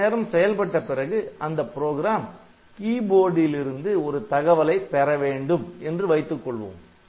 சிறிதுநேரம் செயல்பட்ட பிறகு அந்த புரோகிராம் கீபோர்டுலிருந்து Keyboard சாவிப்பலகை ஒரு தகவலை பெறவேண்டும் என்று வைத்துக்கொள்வோம்